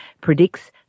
predicts